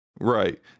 Right